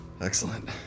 Excellent